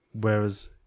Whereas